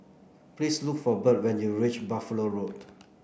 please look for Birt when you reach Buffalo Road